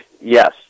Yes